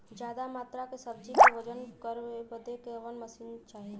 ज्यादा मात्रा के सब्जी के वजन करे बदे कवन मशीन चाही?